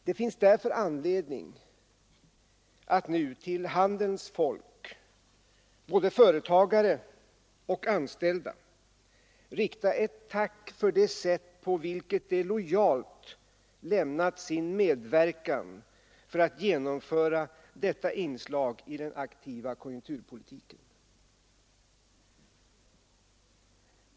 Det finns därför anledning att nu till handelns folk, både företagare och anställda, rikta ett tack för det sätt på vilket de lojalt lämnat sin medverkan för att genomföra detta inslag i den aktiva konjunkturpolitiken.